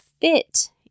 fit